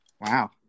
Wow